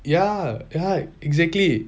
ya ya exactly